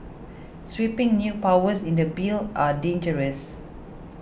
sweeping new powers in the bill are dangerous